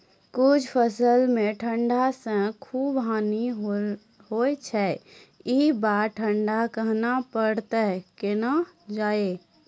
कुछ फसल मे ठंड से खूब हानि होय छैय ई बार ठंडा कहना परतै केना जानये?